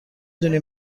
دونی